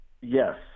yes